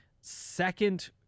second